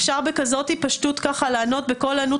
אפשר בכזאת פשטות ככה לענות בקול ענות